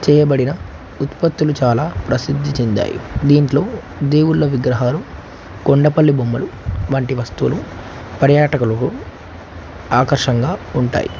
చేయబడిన ఉత్పత్తులు చాలా ప్రసిద్ధి చెందాయి దీంట్లో దేవుళ్ళ విగ్రహాలు కొండపల్లి బొమ్మలు వంటి వస్తువులు పర్యాటకులకు ఆకర్షంగా ఉంటాయి